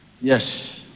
Yes